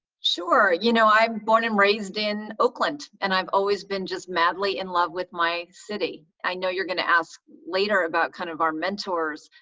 sure, you know i'm born and raised in oakland, and i've always been just madly in love with my city. i know you're going to ask later about kind of our mentors,